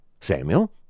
Samuel